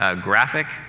graphic